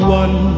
one